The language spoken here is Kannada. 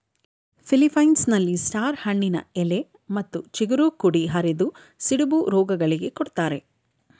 ಫಿಲಿಪ್ಪೈನ್ಸ್ನಲ್ಲಿ ಸ್ಟಾರ್ ಹಣ್ಣಿನ ಎಲೆ ಮತ್ತು ಚಿಗುರು ಕುಡಿ ಅರೆದು ಸಿಡುಬು ರೋಗಿಗಳಿಗೆ ಕೊಡ್ತಾರೆ